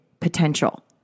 Potential